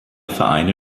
vereine